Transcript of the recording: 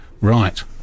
right